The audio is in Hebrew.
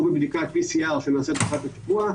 או בבדיקת PCR שנעשית אחת לשבוע,